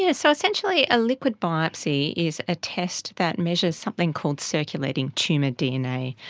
yeah so essentially a liquid biopsy is a test that measures something called circulating tumour dna.